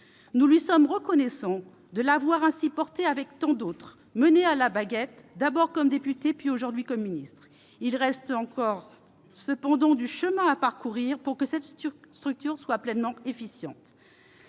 Nous lui sommes reconnaissants d'avoir ainsi porté, avec tant d'autres, ce projet, de l'avoir mené à la baguette, d'abord comme député puis aujourd'hui comme ministre. Il reste cependant encore du chemin à parcourir pour que cette structure soit pleinement efficiente.